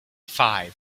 five